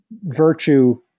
virtue